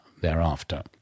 thereafter